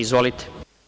Izvolite.